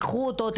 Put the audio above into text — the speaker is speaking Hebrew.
קחו אותו,